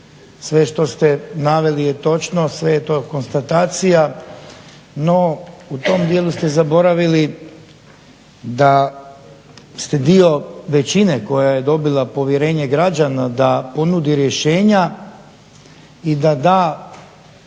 Sve što ste naveli je točno, sve je to konstatacija no u tom dijelu ste zaboravili da ste dio većine koja je dobila povjerenje građana da ponudi rješenja i da da